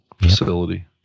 facility